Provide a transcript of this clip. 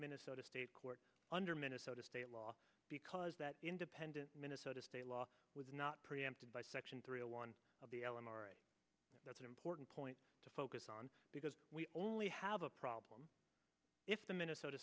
minnesota state court under minnesota state law because that independent minnesota state law was not preempted by section three a one of the eleanor that's an important point to focus on because we only have a problem if the minnesota